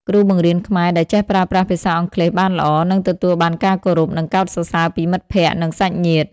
គ្រូបង្រៀនខ្មែរដែលចេះប្រើប្រាស់ភាសាអង់គ្លេសបានល្អ នឹងទទួលបានការគោរព និងកោតសរសើរពីមិត្តភក្តិ និងសាច់ញាតិ។